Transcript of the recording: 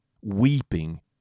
weeping